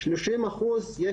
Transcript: שלושים אחוז,